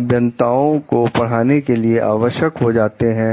अभियंताओं को पढ़ने के लिए आवश्यक हो जाते हैं